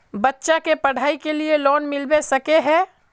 बच्चा के पढाई के लिए लोन मिलबे सके है?